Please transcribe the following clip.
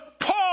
Paul